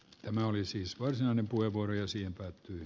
tämä oli siis varsinainen kuivuriasia päätyy